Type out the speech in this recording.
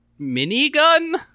minigun